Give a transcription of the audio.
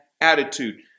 attitude